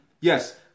yes